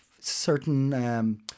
certain